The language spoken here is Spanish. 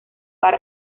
bar